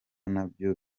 nabyo